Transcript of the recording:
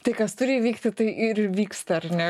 tai kas turi įvykti tai ir įvyksta ar ne